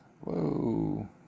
Whoa